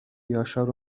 یاشار